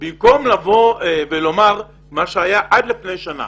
במקום לבוא ולומר מה שהיה עד לפני שנה,